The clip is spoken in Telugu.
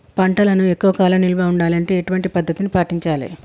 పంటలను ఎక్కువ కాలం నిల్వ ఉండాలంటే ఎటువంటి పద్ధతిని పాటించాలే?